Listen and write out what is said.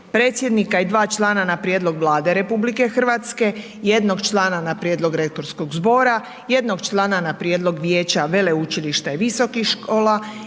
predsjednika i 2 člana na prijedlog vlade RH, jednog člana na prijedlog rektorskog zbora, jednog člana na prijedlog vijeća, veleučilišta i visokih škola,